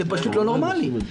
זה פשוט לא נורמלי.